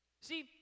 See